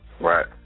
Right